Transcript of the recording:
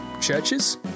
churches